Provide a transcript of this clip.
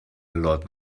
lot